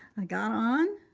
i got on,